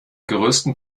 größten